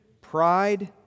pride